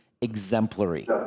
exemplary